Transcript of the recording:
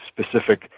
specific